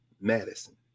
Madison